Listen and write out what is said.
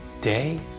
day